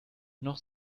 noch